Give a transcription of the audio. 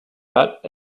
but